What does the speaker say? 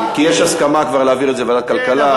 כי יש כבר הסכמה להעביר את זה לוועדת הכלכלה,